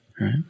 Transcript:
Right